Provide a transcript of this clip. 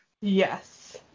Yes